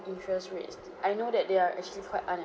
interest rates I know that they are actually quite